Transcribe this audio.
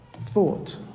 thought